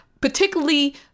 particularly